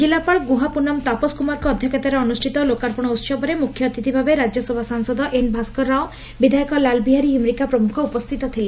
ଜିଲ୍ଲାପାଳ ଗୁହା ପୁନମ ତାପସ କୁମାରଙ୍କ ଅଧ୍ଧକ୍ଷତାରେ ଅନୁଷିତ ଲୋକାର୍ପଣ ଉହବରେ ମୁଖ୍ୟ ଅତିଥି ଭାବେ ରାକ୍ୟସଭା ସାଂସଦ ଏନ୍ ଭାସ୍କର ରାଓ ବିଧାୟକ ଲାଲବିହାରୀ ହିମିରିକା ପ୍ରମଖ ଉପସ୍କିତ ଥିଲେ